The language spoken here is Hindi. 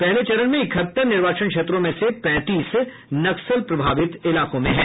पहले चरण में इकहत्तर निर्वाचन क्षेत्रों में से पैंतीस नक्सल प्रभावित इलाकों में हैं